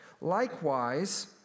Likewise